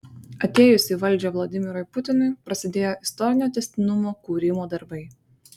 atėjus į valdžią vladimirui putinui prasidėjo istorinio tęstinumo kūrimo darbai